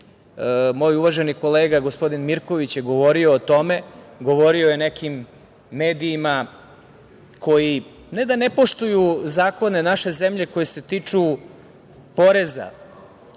Moj uvaženi kolega, gospodin Mirković je govorio o tome, govorio je o nekim medijima koji ne da ne poštuju zakone naše zemlje koji se tiču poreza,